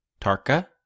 Tarka